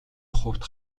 хувьд